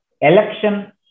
election